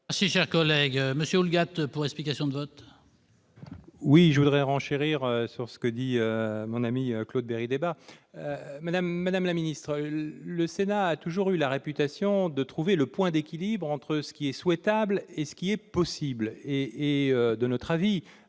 Jean-Michel Houllegatte, pour explication de vote. Je voudrais renchérir sur ce que vient de dire mon ami Claude Bérit-Débat. Madame la ministre, le Sénat a toujours eu la réputation de trouver le point d'équilibre entre ce qui est souhaitable et ce qui est possible. De notre avis,